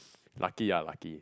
lucky ah lucky